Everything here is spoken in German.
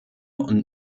und